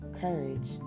courage